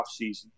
offseason